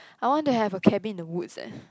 I want to have a cabin in the woods eh